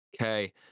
Okay